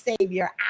Savior